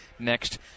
Next